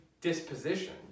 disposition